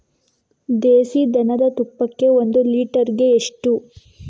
ದೇಸಿ ದನದ ತುಪ್ಪಕ್ಕೆ ಒಂದು ಲೀಟರ್ಗೆ ಎಷ್ಟು?